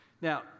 Now